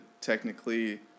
technically